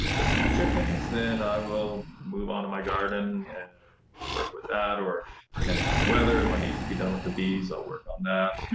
chickens then i will move on to my garden work, and work with that, or depending on the weather and what needs to be done with the bees, i'll work on that,